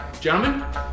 gentlemen